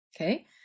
Okay